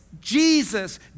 Jesus